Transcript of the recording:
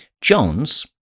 Jones